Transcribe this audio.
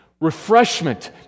Refreshment